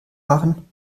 machen